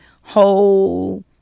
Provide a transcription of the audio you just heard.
whole